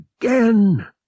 again